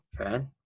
Okay